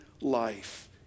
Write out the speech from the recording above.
life